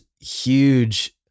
huge